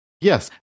Yes